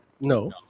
No